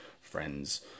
friends